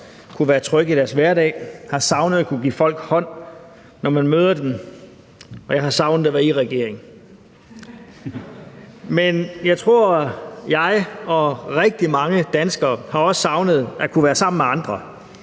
kunne være trygge i deres hverdag, jeg har savnet at kunne give folk hånd, når man møder dem, og jeg har savnet at være i regering. Men jeg tror, at jeg og rigtig mange danskere også har savnet at kunne være sammen med andre